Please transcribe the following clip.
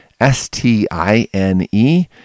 S-T-I-N-E